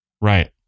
Right